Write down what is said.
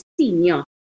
senior